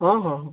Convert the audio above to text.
ହଁ ହଁ ହଁ